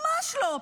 ממש לא.